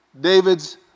David's